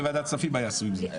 בוועדת הכספים היה סביב זה.